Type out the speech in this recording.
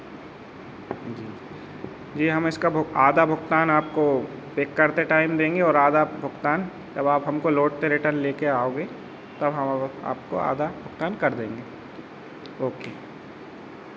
जी जी हम इसका आधा भुगतान आपको पिक करते टाइम देंगे और आधा भुगतान जब आप हमको लौटते रिटर्न लेके आओगे तब हम आपको आधा भुगतान कर देंगे ओके